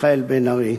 מיכאל בן-ארי.